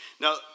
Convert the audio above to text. Now